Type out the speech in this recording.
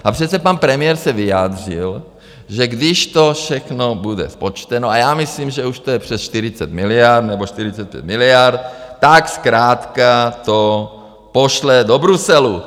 A přece pan premiér se vyjádřil, že když to všechno bude spočteno, a já myslím, že už to je přes 40 miliard nebo 45 miliard, tak zkrátka to pošle do Bruselu.